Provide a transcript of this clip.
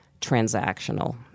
transactional